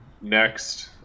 next